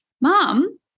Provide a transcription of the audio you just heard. mom